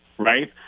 right